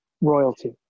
royalty